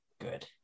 Good